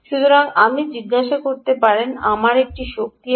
সুতরাং আপনি জিজ্ঞাসা করতে পারেন আমার একটি শক্তি আছে